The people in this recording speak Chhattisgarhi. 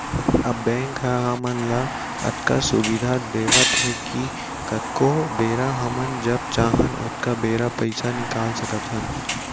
अब बेंक ह हमन ल अतका सुबिधा देवत हे कि कतको बेरा हमन जब चाहन ओतका बेरा पइसा निकाल सकत हन